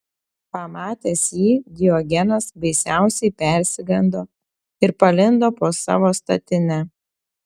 pamatęs jį diogenas baisiausiai persigando ir palindo po savo statine